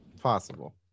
Possible